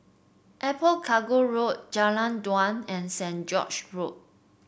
Airport Cargo Road Jalan Dua and Saint George Road